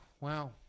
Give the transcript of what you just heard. wow